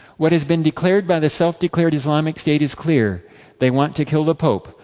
what has been declared by the self-declared islamic state is clear they want to kill the pope.